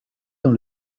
dans